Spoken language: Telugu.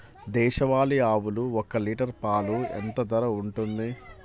దేశవాలి ఆవులు ఒక్క లీటర్ పాలు ఎంత ధర ఉంటుంది?